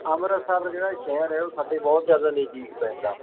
ਅੰਮ੍ਰਿਤਸਰ ਜਿਹੜਾ ਸ਼ਹਿਰ ਹੈ ਉਹ ਸਾਡੇ ਬਹੁਤ ਜ਼ਿਆਦਾ ਨਜ਼ਦੀਕ ਪੈਂਦਾ